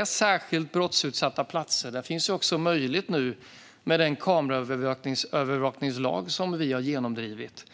På särskilt brottsutsatta platser finns nämligen nu också möjlighet, med den kameraövervakningslag som vi har genomdrivit,